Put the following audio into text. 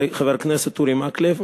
חבר הכנסת אורי מקלב,